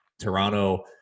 Toronto